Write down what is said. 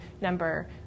number